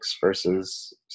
versus